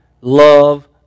love